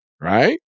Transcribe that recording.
right